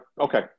okay